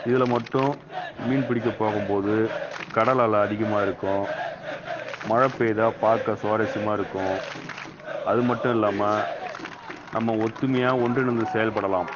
இதில் மட்டும் மீன் பிடிக்கப் போகும்போது கடல் அலை அதிகமாக இருக்கும் மழை பெய்தால் பார்க்க சுவாரஸ்யமாக இருக்கும் அது மட்டும் இல்லாமல் நம்ம ஒற்றுமையா ஒன்றிணைந்து செயல்படலாம்